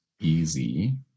easy